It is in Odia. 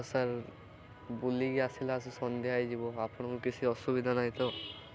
ହଉ ସାର୍ ବୁଲିକି ଆସିଲା ଆସ ସନ୍ଧ୍ୟା ହେଇଯିବ ଆପଣଙ୍କୁ କିଛି ଅସୁବିଧା ନାହିଁ ତ